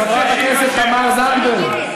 חברת הכנסת תמר זנדברג,